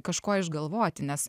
kažko išgalvoti nes